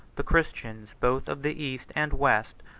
the christians, both of the east and west,